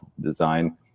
design